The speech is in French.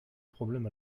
problème